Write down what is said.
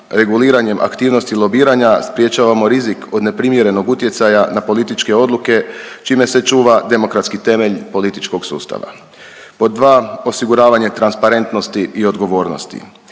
Reguliranjem aktivnosti lobiranja sprječavamo rizik od neprimjerenog utjecaja na političke odluke, čime se čuva demokratski temelj političkog sustava. Pod 2, osiguravanje transparentnosti i odgovornosti.